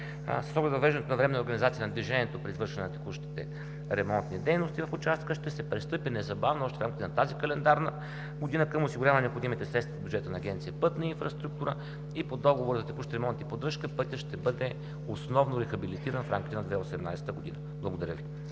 въвеждането на временна организация на движение при извършване на текущите ремонтни дейности в участъка, ще се пристъпи незабавно, още в рамките на тази календарна година, към осигуряване на необходимите средства от бюджета на Агенция „Пътна инфраструктура“ и по договора за текущ ремонт и поддръжка пътят ще бъде основно рехабилитиран в рамките на 2018 г. Благодаря Ви.